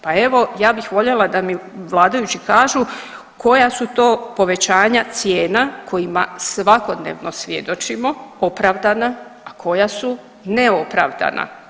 Pa evo ja bih voljela da mi vladajući kažu koja su to povećanja cijena kojima svakodnevno svjedočimo, opravdana, a koja su neopravdana.